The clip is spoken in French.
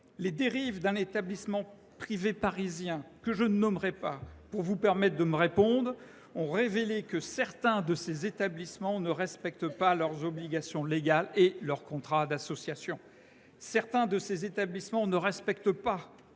Les dérives d’un établissement privé parisien, que je ne nommerai pas pour vous permettre de me répondre, madame la ministre, ont révélé que certains de ces établissements ne respectent pas leurs obligations légales et leur contrat d’association. Certains de ces établissements ne respectent pas